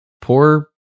Poor